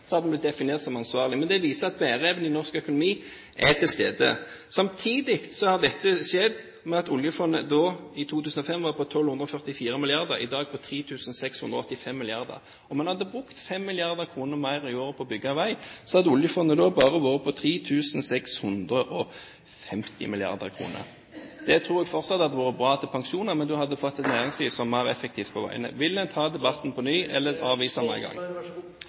hadde vi blitt definert som uansvarlige. Men det viser at bæreevnen i norsk økonomi er til stede. Samtidig har det skjedd at oljefondet i 2005 var på 1 244 mrd. kr – i dag er det på 3 685 mrd. kr. Om man hadde brukt 5 mrd. kr mer i året på å bygge vei, hadde oljefondet bare vært på 3 650 mrd. kr. Det tror jeg fortsatt hadde vært nok til pensjoner, og vi hadde fått et næringsliv som var mer effektivt, på veiene. Vil en ta debatten på ny, eller avvise